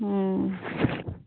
ᱦᱮᱸ